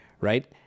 right